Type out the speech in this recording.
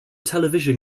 television